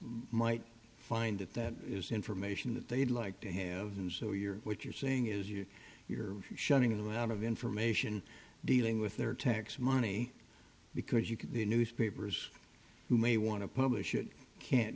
might find that that is information that they'd like to have and so you're what you're saying is you you're shutting them out of information dealing with their tax money because you can the newspapers who may want to publish it can't